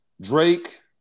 Drake